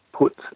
put